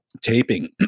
taping